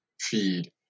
feed